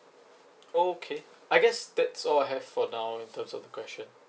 okay I guess that's all I have for now in terms of the question